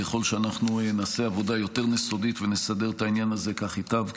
ככל שנעשה עבודה יותר יסודית ונסדר את העניין הזה כך ייטב,